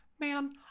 man